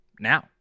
Now